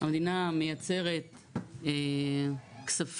המדינה מייצרת כספים,